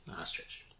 Ostrich